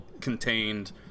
contained